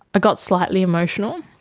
got slightly emotional.